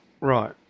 Right